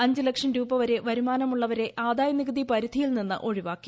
അഞ്ച് ലക്ഷം രൂപവരെ വരുമാനമുള്ളവരെ ആദായ നികുതി പരിധിയിൽ നിന്ന് ഒഴിവാക്കി